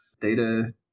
Data